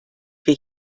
wir